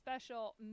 special